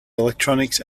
electronics